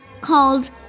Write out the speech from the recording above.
called